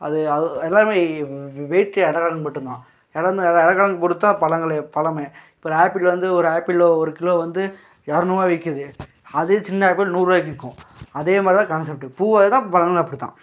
அது எல்லாருமே வெயிட்டு எடை கணக்கு மட்டுந்தான் எடந்தான் எடை எடை கணக்கு போட்டு தான் பழங்களே பழமே இப்போ ஒரு ஆப்பிள் வந்து ஒரு ஆப்பிளில் ஒரு கிலோ வந்து இரநூறுவா விற்குது அதே சின்ன ஆப்பிள் நூறுபாக்கு விற்கும் அதேமாதிரிதான் கான்செப்ட்டு பூவும் அதேதான் பழங்களும் அப்படித்தான்